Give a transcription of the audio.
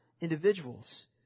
individuals